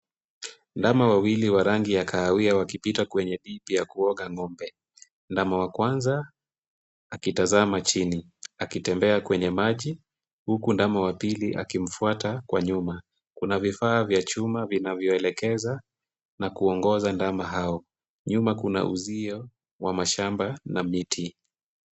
Ndama wawili wa rangi ya kahawia wakipita kwenye dip ya kuoga ng'ombe. Ndama wa kwanza akitazama chini akitembea kwenye maji huku ndama wa pili akimfuata kwa nyuma. Kuna vifaa vya chuma vinavyoelekeza na kuongoza ndama hao. Nyuma kuna uzio wa mashamba na miti.